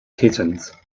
kittens